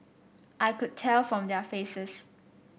I could tell from their faces